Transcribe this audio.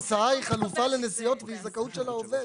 ההצעה היא חלופה לנסיעות והיא זכאות של העובד.